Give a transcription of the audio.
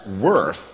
worth